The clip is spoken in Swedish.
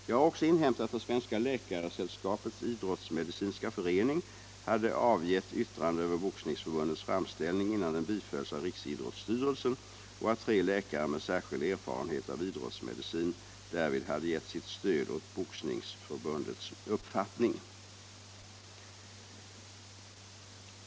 Jag har också inhämtat att Svenska läkaresällskapets idrottsmedicinska förening hade avgett yttrande över Boxningsförbundets framställning innan den bifölls av riksidrottsstyrelsen och att tre läkare med särskild erfarenhet av idrottsmedicin därvid hade gett sitt stöd åt Boxningsförbundets uppfattning.